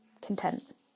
content